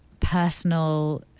personal